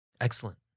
Excellent